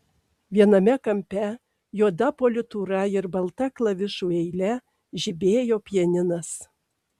viename kampe juoda politūra ir balta klavišų eile žibėjo pianinas